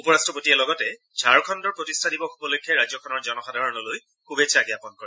উপ ৰাট্টপতিয়ে লগতে ঝাৰখণ্ডৰ প্ৰতিষ্ঠা দিৱস উপলক্ষে ৰাজ্যখনৰ জনসাধাৰণলৈ শুভেচ্ছা জ্ঞাপন কৰে